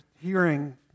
hearing